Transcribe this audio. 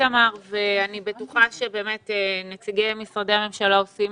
אני בטוחה שנציגי משרדי הממשלה עושים